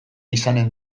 izanen